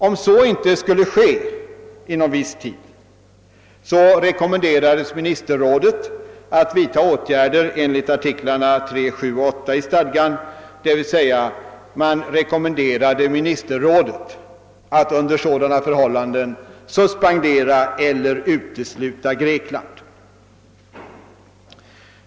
Om så inte skedde inom viss tid, rekommenderades ministerrådet att vidta åtgärder enligt artiklarna 3, 7 och 8 i stadgan, d. v. s. ministerkommittén rekommenderades att suspendera eller utesluta Grekland.